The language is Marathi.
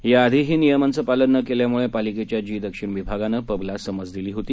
याआधीही नियमांचं पालन न केल्यामुळे पालिकेच्या जी दक्षिण विभागानं पबला समज दिली होती